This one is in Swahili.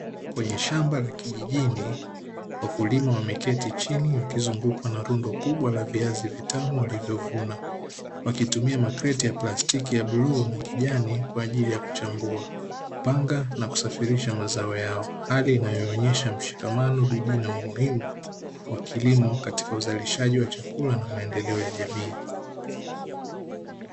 Kwenye shamba la kijijini, wakulima wameketi chini wakizungukwa na rundo kubwa la viazi vitamu walivyovuna, wakitumia makreti ya plastiki ya bluu na kijani kwa ajili ya kuchambua, kupanga na kusafirisha mazao yao, hali inayoonyesha mshikamano, bidii na umuhimu wa kilimo, katika uzalishaji wa chakula na maendeleo ya jamii .